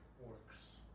works